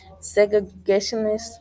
segregationist